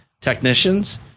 technicians